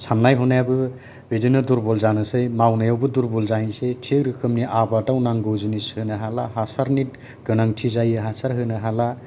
साननाय हनायाबो दुबल जानो सै मावनायावबो दुरबल जाहैसै जे रोखोमनि आबादाव नांगौ रोखोमनि जिनिस होनो हाला हासारनि गोनांथि जायो हासार होनो हाला